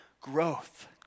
growth